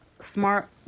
smart